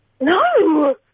No